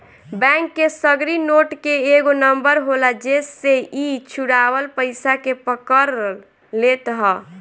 bank के सगरी note के एगो नंबर होला जेसे इ चुरावल पईसा के पकड़ लेत हअ